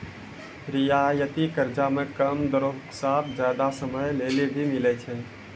रियायती कर्जा मे कम दरो साथ जादा समय लेली भी मिलै छै